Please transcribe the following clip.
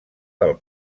del